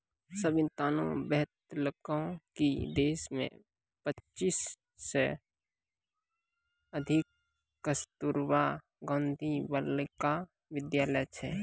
सविताने बतेलकै कि देश मे पच्चीस सय से अधिक कस्तूरबा गांधी बालिका विद्यालय छै